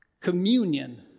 Communion